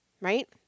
right